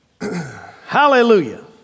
Hallelujah